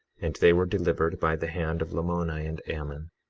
and they were delivered by the hand of lamoni and ammon,